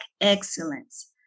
Excellence